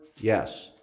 Yes